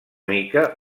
mica